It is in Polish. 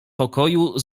pokoju